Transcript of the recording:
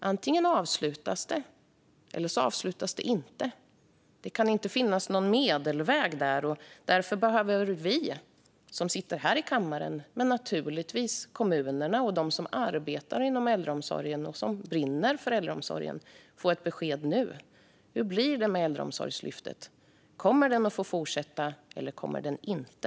Antingen avslutas det eller så avslutas det inte - det kan inte finnas något mellanting. Därför behöver vi här i kammaren, men naturligtvis också kommunerna och de som arbetar inom äldreomsorgen och brinner för den, få ett besked nu. Hur blir det med Äldreomsorgslyftet? Kommer det att få fortsätta eller inte?